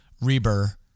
Reber